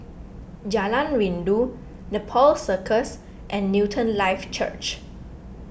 Jalan Rindu Nepal Circus and Newton Life Church